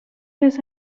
his